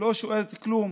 לא שואלת כלום.